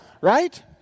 right